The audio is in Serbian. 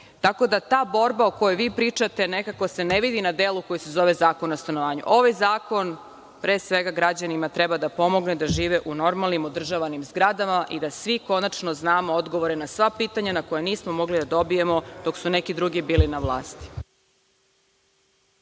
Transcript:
se. Ta borba o kojoj vi pričate nekako se ne vidi na delu koji se zove Zakon o stanovanju. Ovaj zakon, pre svega, građanima treba da pomogne da žive u normalnim održavanim zgradama i da svi konačno znamo odgovore na sva pitanja koja nismo mogli da dobijemo dok su neki drugi bili na vlasti.